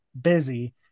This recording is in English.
busy